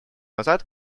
назад